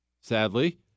Sadly